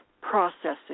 processing